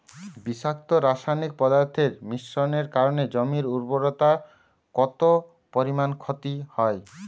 বিষাক্ত রাসায়নিক পদার্থের মিশ্রণের কারণে জমির উর্বরতা কত পরিমাণ ক্ষতি হয়?